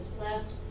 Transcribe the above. left